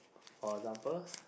for example